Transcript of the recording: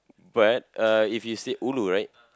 but uh if you say ulu right